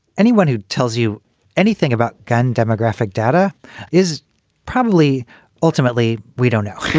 anyone who tells you anything about gun demographic data is probably ultimately we don't know.